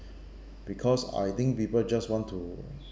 because I think people just want to